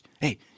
hey